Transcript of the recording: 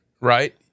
right